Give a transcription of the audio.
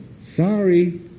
sorry